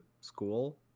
school